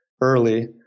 early